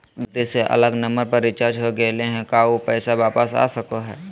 गलती से अलग नंबर पर रिचार्ज हो गेलै है का ऊ पैसा वापस आ सको है?